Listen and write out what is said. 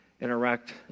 interact